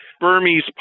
Burmese